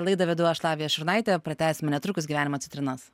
laidą vedu aš lavija šurnaitė pratęsime netrukus gyvenimo citrinas